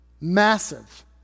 massive